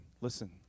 listen